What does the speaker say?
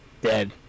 dead